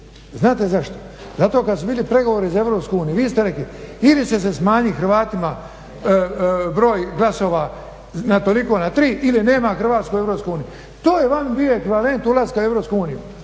Znate zašto? Zato kad su bili pregovori za EU vi ste rekli ili će se smanjiti Hrvatima broj glasova na toliko na tri ili nema Hrvatske u EU. To je vama bio ekvivalent ulaska u EU.